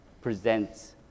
presents